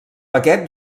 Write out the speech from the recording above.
aquest